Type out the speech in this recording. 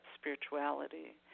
spirituality